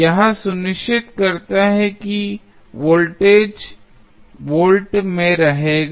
यह सुनिश्चित करता है कि वोल्टेज वोल्ट में रहेगा